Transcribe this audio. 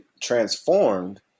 transformed